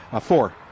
Four